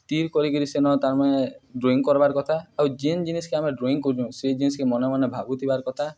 ସ୍ଥିର୍ କରିକିରି ସେନ ତାର୍ମାନେ ଡ୍ରଇଂ କର୍ବାର୍ କଥା ଆଉ ଯେନ୍ ଜିନିଷ୍କେ ଆମେ ଡ୍ରଇଂ କରୁଚୁଁ ସେ ଜିନିଷ୍କେ ମନେ ମନେ ଭାବୁଥିବାର୍ କଥା